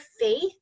faith